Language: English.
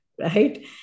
right